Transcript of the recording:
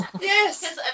Yes